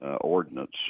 ordinance